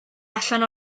allan